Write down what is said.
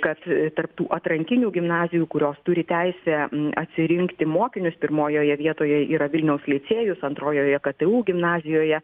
kad tarp tų atrankinių gimnazijų kurios turi teisę atsirinkti mokinius pirmojoje vietoje yra vilniaus licėjus antrojoje ktu gimnazijoje